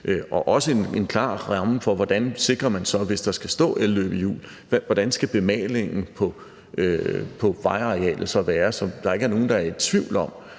Og også en klar ramme, hvis der skal stå elløbehjul, i forhold til: Hvordan skal bemalingen på vejarealet så være? så der ikke er nogen, der er i tvivl om,